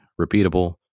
repeatable